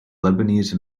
lebanese